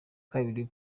kabiri